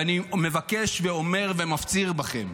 ואני מבקש ואומר ומפציר בכם: